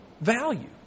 value